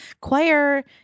choir